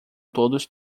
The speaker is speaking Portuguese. todos